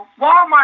Walmart